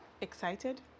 excited